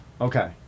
Okay